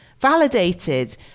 validated